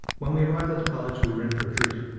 when we arrived at the college we were in for a treat,